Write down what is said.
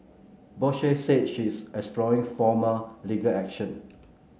Bose said she is exploring formal legal action